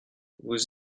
vous